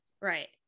Right